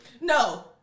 No